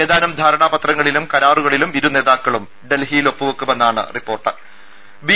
ഏതാനും ധാരണാപത്രങ്ങളിലും കരാറുകളിലും ഇരുനേതാക്കളും ഒപ്പുവെക്കുമെന്നാണ് റിപ്പോർട്ട് ടെട്ടി ബി